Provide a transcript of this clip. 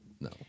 No